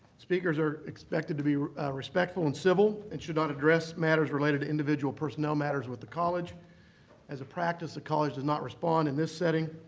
speakers are expected to be respectful and civil, and should not address matters related to individual personnel matters with the college as a practice, the college does not respond in this setting